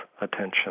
attention